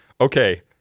okay